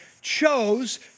chose